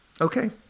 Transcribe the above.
Okay